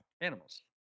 Animals